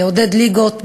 לעודד ליגות,